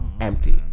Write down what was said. empty